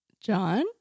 John